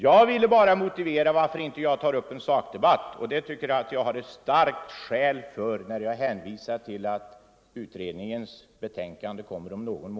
Jag har bara velat motivera varför jag inte vill ta upp en sakdebatt. Jag anser mig ha ett starkt skäl för det när jag hänvisar till att utredningens betänkande kommer om